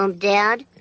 um dad.